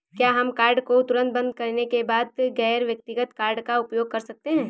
क्या हम कार्ड को तुरंत बंद करने के बाद गैर व्यक्तिगत कार्ड का उपयोग कर सकते हैं?